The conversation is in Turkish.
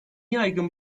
yaygın